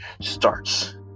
starts